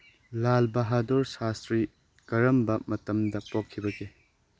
ꯂꯥꯜ ꯕꯍꯥꯗꯨꯔ ꯁꯥꯁꯇ꯭ꯔꯤ ꯀꯔꯝꯕ ꯃꯇꯝꯗ ꯄꯣꯛꯈꯤꯕꯒꯦ